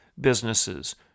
businesses